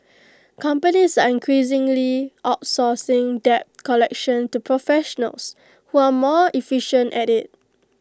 companies are increasingly outsourcing debt collection to professionals who are more efficient at IT